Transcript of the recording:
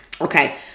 Okay